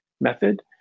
method